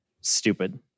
stupid